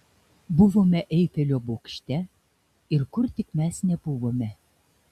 buvome eifelio bokšte ir kur tik mes nebuvome